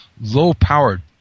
low-powered